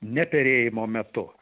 ne perėjimo metu